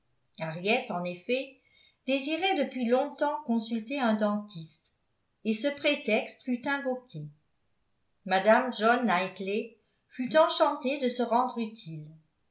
henriette en effet désirait depuis longtemps consulter un dentiste et ce prétexte fut invoqué mme john knightley fut enchantée de se rendre utile